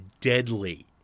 deadly